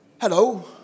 Hello